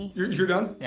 you're done? yeah